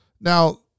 now